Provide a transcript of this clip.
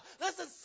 Listen